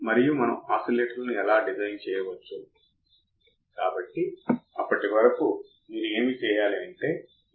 మన ఇన్వర్టింగ్ మరియు non inverting terminals ground అయినప్పుడు 0 గా ఉండాలి అప్పుడు మా ఆప్ ఆంప్ మాత్రమే సమతుల్యమవుతుంది అప్పుడు మనం దానిని మరింత అప్లికేషన్ కోసం ఉపయోగించాలి సరియైనది